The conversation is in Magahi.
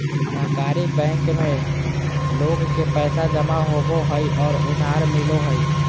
सहकारी बैंक में लोग के पैसा जमा होबो हइ और उधार मिलो हइ